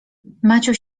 maciuś